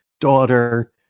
daughter